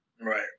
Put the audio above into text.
Right